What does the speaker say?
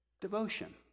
devotion